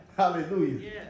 hallelujah